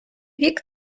вік